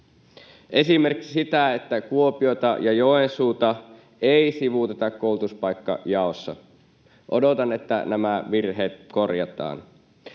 esimerkiksi sitä, että Kuopiota ja Joensuuta ei sivuuteta koulutuspaikkajaossa. Odotan, että nämä virheet korjataan.